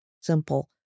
simple